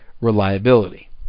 reliability